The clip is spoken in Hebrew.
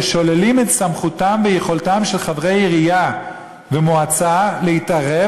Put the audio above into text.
ששוללים את סמכותם ויכולתם של חברי עירייה ומועצה להתערב,